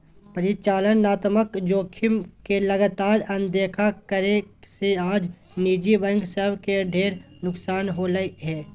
परिचालनात्मक जोखिम के लगातार अनदेखा करे से आज निजी बैंक सब के ढेर नुकसान होलय हें